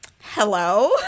hello